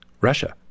Russia